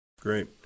Great